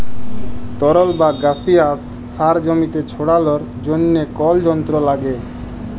তরল বা গাসিয়াস সার জমিতে ছড়ালর জন্হে কল যন্ত্র লাগে